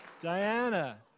Diana